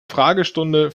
fragestunde